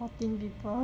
fourteen people